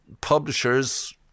publishers